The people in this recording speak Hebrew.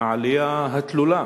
העלייה התלולה